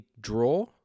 draw